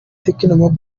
tecno